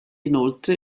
inoltre